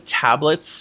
tablets